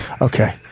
Okay